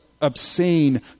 obscene